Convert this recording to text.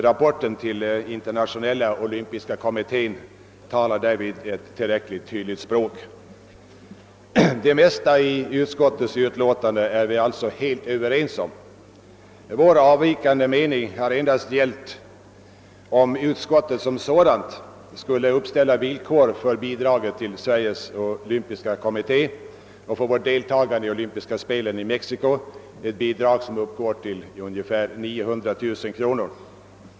Rapporten till Internationella olympiska kommittén talar därvid ett tillräckligt tydligt språk. Vi är alltså helt överens om det mesta i utskottets utlåtande. Vi reservanter har endast haft en avvikande mening när det gällde huruvida utskottet som sådant skulle uppställa villkor för bidraget till Sveriges olympiska kommitté och för vårt deltagande i olympiska spelen i Mexico. Bidraget uppgår till ungefär 900 000 kr.